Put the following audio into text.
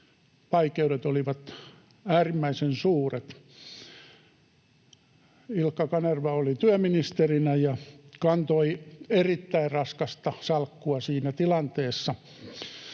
vaikeudet olivat äärimmäisen suuret. Ilkka Kanerva oli työministerinä ja kantoi erittäin raskasta salkkua siinä tilanteessa.